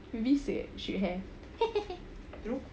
we visit should have